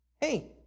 Hey